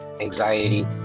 anxiety